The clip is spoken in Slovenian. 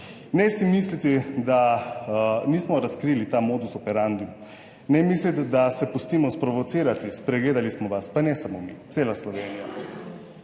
Ne si misliti, da nismo razkrili ta modus operandum, ne mislite, da se pustimo sprovocirati, spregledali smo vas, pa ne samo mi, cela Slovenija.